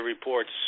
reports